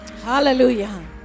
Hallelujah